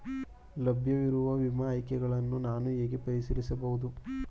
ಲಭ್ಯವಿರುವ ವಿಮಾ ಆಯ್ಕೆಗಳನ್ನು ನಾನು ಹೇಗೆ ಪರಿಶೀಲಿಸಬಹುದು?